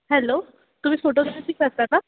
hello तुम्ही photography करता का